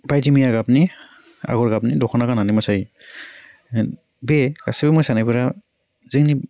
बायदि मैया गाबनि आग'र गाबनि दख'ना गान्नानै मोसायो बे गासैबो मोसानायफोरा जोंनि